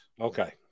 okay